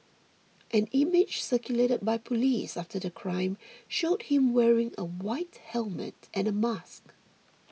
an image circulated by police after the crime showed him wearing a white helmet and a mask